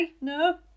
No